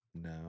No